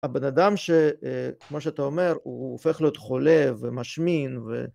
הבן אדם שכמו שאתה אומר, הוא הופך להיות חולה ומשמין ו...